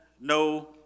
no